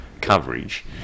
coverage